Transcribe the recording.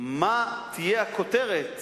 מה תהיה הכותרת,